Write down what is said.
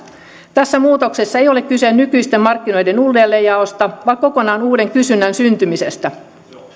tässä muutoksessa ei ole kyse nykyisten markkinoiden uudelleenjaosta vaan kokonaan uuden kysynnän syntymisestä